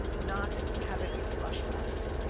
not have it crush us.